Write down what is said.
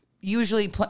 usually